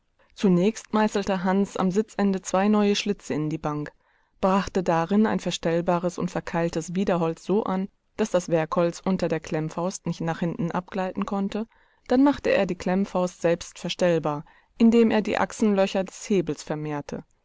zunächst meißelte hans am sitzende zwei neue schlitze in die bank brachte darin ein verstellbares und verkeiltes widerholz so an daß das werkholz unter der klemmfaust nicht nach hinten abgleiten konnte dann machte er die klemmfaust selbst verstellbar indem er die achsenlöcher des hebels vermehrte